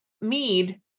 mead